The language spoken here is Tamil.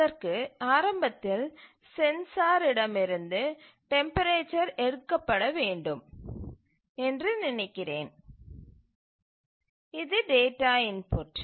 அதற்கு ஆரம்பத்தில் சென்சார் இடம் இருந்து டெம்பரேச்சர் எடுக்கப்பட வேண்டும் என்று நினைக்கிறேன் இது டேட்டா இன்புட்